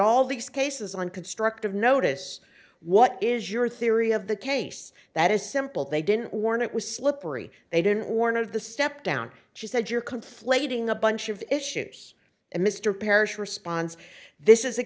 all these cases on constructive notice what is your theory of the case that is simple they didn't warn it was slippery they didn't or none of the step down she said you're conflating a bunch of issues and mr parrish responds this is a